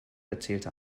erzählte